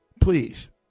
Please